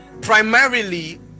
Primarily